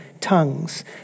tongues